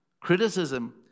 Criticism